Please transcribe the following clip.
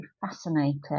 fascinating